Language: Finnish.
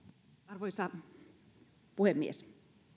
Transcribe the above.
arvoisa puhemies